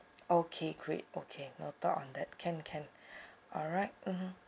okay great okay noted on that can can alright (uh huh)